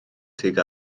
tuag